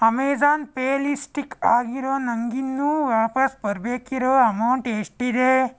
Amazon ಪೇಲಿ stuck ಆಗಿರೋ ನನಗಿನ್ನೂ ವಾಪಸ್ ಬರಬೇಕಿರೋ ಅಮೌಂಟ್ ಎಷ್ಟಿದೆ